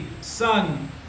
son